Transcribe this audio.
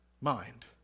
mind